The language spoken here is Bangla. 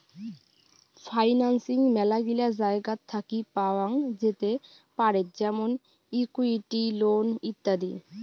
ফাইন্যান্সিং মেলাগিলা জায়গাত থাকি পাওয়াঙ যেতে পারেত যেমন ইকুইটি, লোন ইত্যাদি